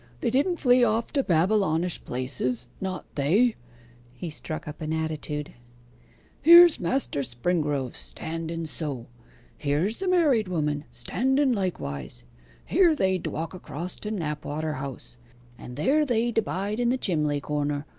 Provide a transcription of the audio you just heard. they didn't flee off to babylonish places not they he struck up an attitude here's master springrove standen so here's the married woman standen likewise here they d'walk across to knapwater house and there they d'bide in the chimley corner,